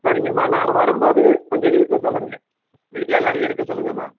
சரிங்க அம்மா நாங்கள் வரும்போது கொஞ்சம் இருக்க சொல்லுங்கள் வீட்டில் எல்லாரையும் இருக்க சொல்லுங்க அம்மா